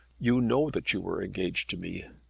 you know that you were engaged to me.